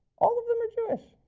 all of them are jewish.